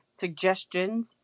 suggestions